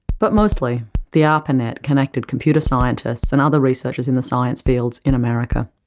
but mostly the arpanet connected computer scientists and other researchers in the science fields in america.